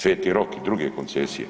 Sveti Rok i druge koncesije.